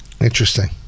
Interesting